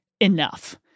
enough